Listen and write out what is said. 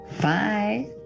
Bye